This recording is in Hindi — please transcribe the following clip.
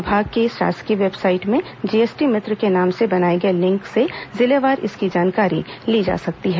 विभाग की शासकीय वेबसाईट में जीएसटी मित्र के नाम से बनाए गए लिंक से जिलेवार इसकी जानकारी ली जा सकती है